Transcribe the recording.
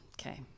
Okay